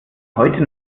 heute